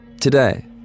Today